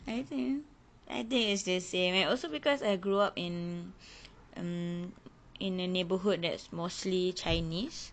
I think I think it's the same also because I grew up in um in a neighborhood that's mostly chinese